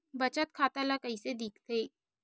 बचत खाता ला कइसे दिखथे?